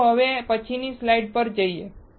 ચાલો હવે પછીની સ્લાઈડ પર જઈએ